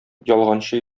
ялганчы